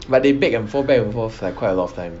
but they back and forth back and forth like quite a lot of time